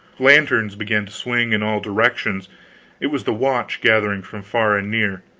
lanterns began to swing in all directions it was the watch gathering from far and near.